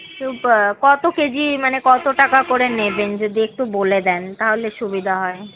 তো কত কেজি মানে কত টাকা করে নেবেন যদি একটু বলে দেন তাহলে সুবিধা হয়